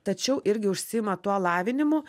tačiau irgi užsiima tuo lavinimu